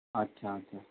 अच्छा अच्छा